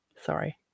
Sorry